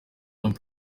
grand